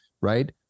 right